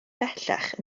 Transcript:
bellach